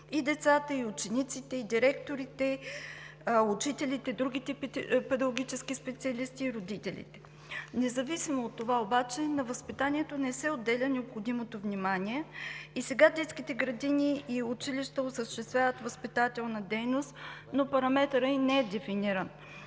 и децата, и учениците, и директорите, учителите, другите педагогически специалисти, родителите. Независимо от това обаче, на възпитанието не се отделя необходимото внимание. И сега детските градини и училищата осъществяват възпитателна дейност, но параметърът ѝ не е дефиниран.